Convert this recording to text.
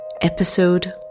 Episode